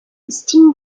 steen